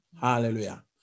Hallelujah